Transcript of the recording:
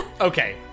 okay